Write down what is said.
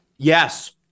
Yes